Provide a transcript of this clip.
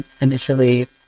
initially